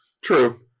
True